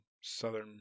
Southern